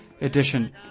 edition